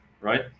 right